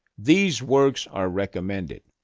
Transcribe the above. these works are recommended